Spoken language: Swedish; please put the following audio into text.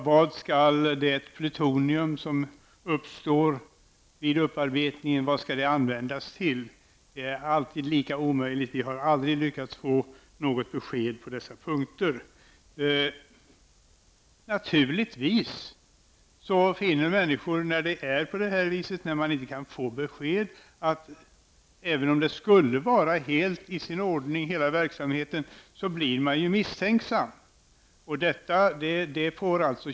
Vad skall det plutonium som uppstår vid upparbetningen användas till? Det är alltid lika omöjligt. Vi har aldrig lyckats få något besked på dessa punkter. När det är på det här viset, när man inte kan få besked, även om verksamheten skulle vara helt i sin ordning, blir människor misstänksamma.